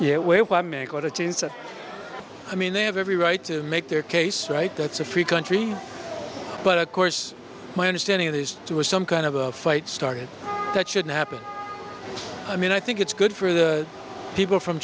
that i mean they have every right to make their case right that's a free country but of course my understanding of these two is some kind of a fight started that shouldn't happen i mean i think it's good for the people from